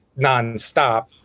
nonstop